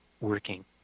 working